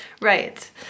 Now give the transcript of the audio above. right